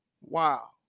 wow